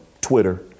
Twitter